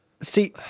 see